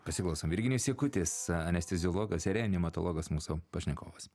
pasiklausom virginijus jakutis anesteziologas reanimatologas mūsų pašnekovas